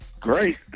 Great